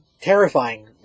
Terrifying